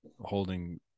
holding